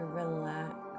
relax